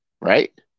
right